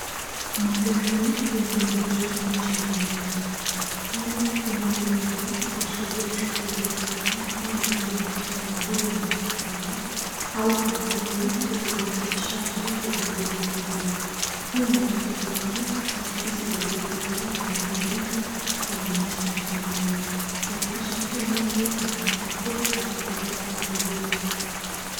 Magari yameegeshwa nje ya uwanja. Hali inayoweza kuashiria tukio la kifedha kama vile mkutano wa huduma za kifedha au kampeni ya uhamasishaji wa huduma hizo. Hii inaonyesha jinsi taasisi za kifedha zinavyofika kwa wananchi mashinani kuhakikisha kila mtu anapata fursa ya kupata elimu.